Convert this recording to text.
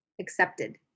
accepted